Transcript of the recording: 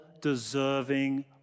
deserving